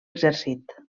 exercit